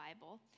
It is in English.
Bible